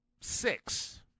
six